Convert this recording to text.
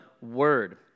Word